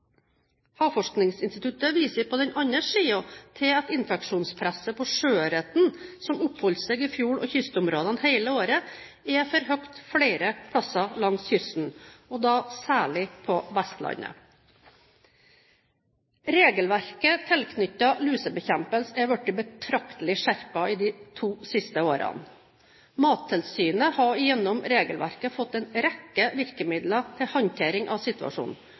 Havforskningsinstituttet viser på den annen side til at infeksjonspresset på sjøørreten, som oppholder seg i fjord- og kystområdene hele året, er for høyt flere steder langs kysten, og da særlig på Vestlandet. Regelverket tilknyttet lusebekjempelse er blitt betraktelig skjerpet i de to siste årene. Mattilsynet har gjennom regelverket fått en rekke virkemidler til håndtering av situasjonen,